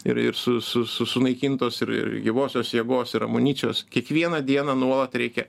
ir ir su su sunaikintos ir ir gyvosios jėgos ir amunicijos kiekvieną dieną nuolat reikia